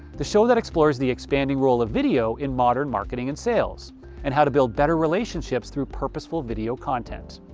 the show that explores the expanding role of video in modern marketing and sales and how to build better relationships through purposeful video content.